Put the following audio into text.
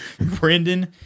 Brandon